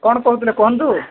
କ'ଣ କହୁଥିଲେ କୁହନ୍ତୁ